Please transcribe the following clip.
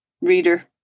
reader